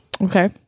Okay